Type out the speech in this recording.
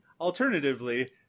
alternatively